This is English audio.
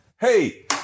Hey